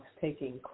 taking